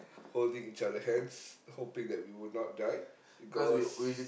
holding each other hands hoping that we will not die because